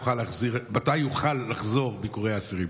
מתי יוכלו לחזור ביקורי האסירים?